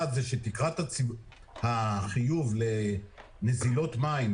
אחד שתקרת החיוב לנזילות מים,